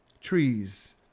trees